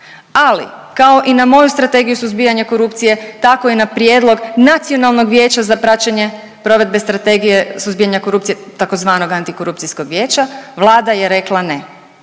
ali kao i na moju strategiju suzbijanja korupcije tako i na prijedlog Nacionalnog vijeća za praćenje provedbe strategije suzbijanja korupcije tzv. antikorupcijskog vijeća Vlada je rekla ne.